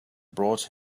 brought